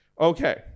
Okay